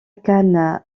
cannes